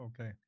okay